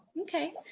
okay